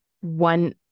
one